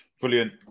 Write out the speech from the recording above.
Brilliant